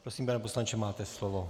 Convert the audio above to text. Prosím, pane poslanče, máte slovo.